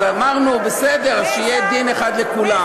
אז אמרנו: בסדר, אז שיהיה דין אחד לכולם.